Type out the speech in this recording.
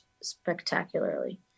spectacularly